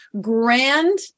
grand